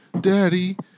Daddy